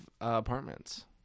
apartments